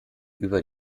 über